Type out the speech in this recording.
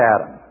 Adam